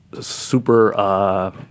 super